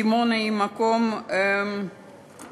דימונה היא מקום מיוחד,